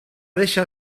deixar